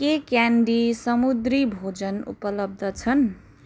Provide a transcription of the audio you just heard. के क्यान्डी समुद्री भोजन उपलब्ध छन्